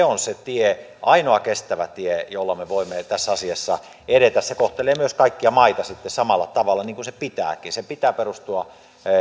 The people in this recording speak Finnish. on se ainoa kestävä tie jolla me voimme tässä asiassa edetä se kohtelee myös kaikkia maita samalla tavalla niin kuin sen pitääkin sen pitää perustua